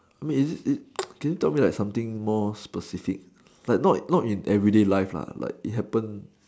I mean is it it like can you tell me something more specific like not not in everyday life lah like it happen